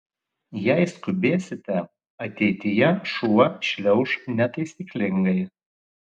jei skubėsite ateityje šuo šliauš netaisyklingai